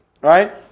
Right